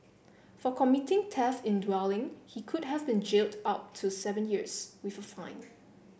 for committing theft in dwelling he could have been jailed up to seven years with a fine